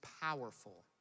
powerful